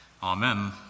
Amen